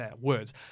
words